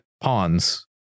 pawns